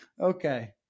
Okay